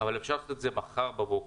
אבל אפשר לעשות את זה מחר בבוקר.